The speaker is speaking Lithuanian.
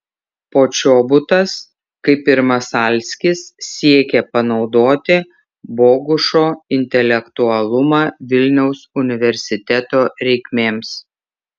počobutas kaip ir masalskis siekė panaudoti bogušo intelektualumą vilniaus universiteto reikmėms